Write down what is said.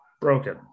broken